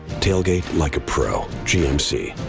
tailgate like a pro gmc.